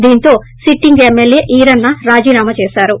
దాంతో sitting MLA Eeranna రాజీనామా చేసారు